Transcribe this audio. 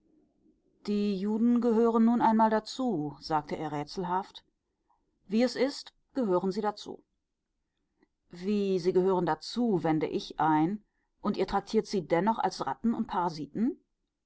die juden gehören nun einmal dazu sagte er rätselhaft wie es ist gehören sie dazu wie sie gehören dazu wende ich ein und ihr traktiert sie dennoch als ratten und